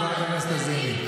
חברת הכנסת לזימי.